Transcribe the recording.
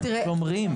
אנחנו שומרים.